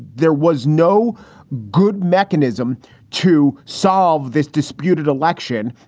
there was no good mechanism to solve this disputed election.